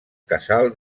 casal